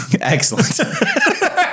Excellent